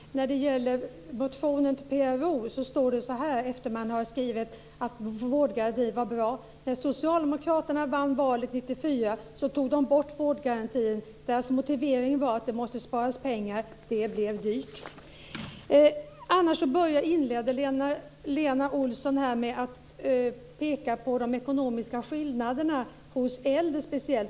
Fru talman! När det gäller motionen till PRO så står det så här, efter det att man har skrivit att vårdgarantin var bra: När Socialdemokraterna vann valet 1994 så tog de bort vårdgarantin. Deras motivering var att det måste sparas pengar. Det blev dyrt. Lena Olsson inledde med att peka på de ekonomiska skillnaderna speciellt hos äldre.